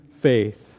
faith